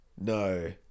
No